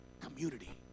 community